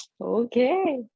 Okay